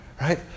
right